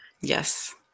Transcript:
yes